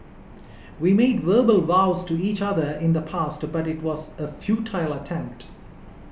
we made verbal vows to each other in the past but it was a futile attempt